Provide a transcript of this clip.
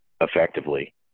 effectively